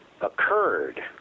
occurred –